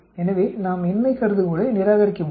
எனவே நாம் இன்மை கருதுகோளை நிராகரிக்க முடியும்